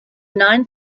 nine